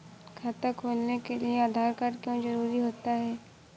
खाता खोलने के लिए आधार कार्ड क्यो जरूरी होता है?